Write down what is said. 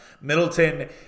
Middleton